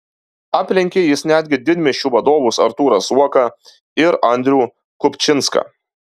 aplenkė jis netgi didmiesčių vadovus artūrą zuoką ir andrių kupčinską